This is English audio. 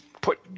put